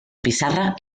pissarra